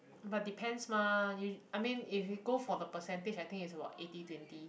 but depends mah you I mean if you go for the percentage I think it's about eighty twenty